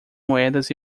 moedas